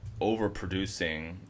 overproducing